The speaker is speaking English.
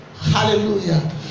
Hallelujah